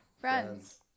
Friends